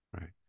right